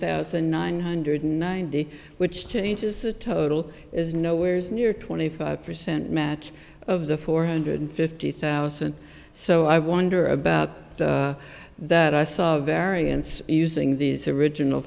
thousand nine hundred ninety which changes the total is nowheres near twenty five percent match of the four hundred fifty thousand so i wonder about that i saw a variance using these original